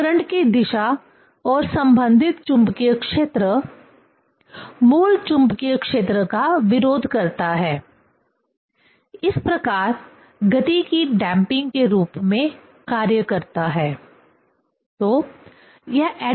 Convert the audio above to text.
तो करंट की दिशा और संबंधित चुंबकीय क्षेत्र मूल चुंबकीय क्षेत्र का विरोध करता है इस प्रकार गति की डैंपिंग के रूप में कार्य करता है